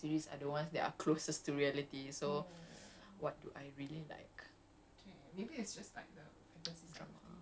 actually I want to see I don't like it to be close to reality but my favorite gundam series are the ones that are closest to reality so